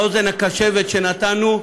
באוזן הקשבת שנתנו,